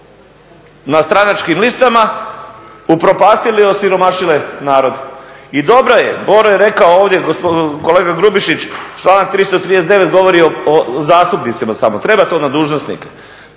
na stranačkim listama upropastili i osiromašili narod. I dobra je, Boro je rekao ovdje, kolega Grubišić, članak 339. govori o zastupnicima samo, treba to na dužnosnike.